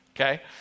Okay